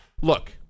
Look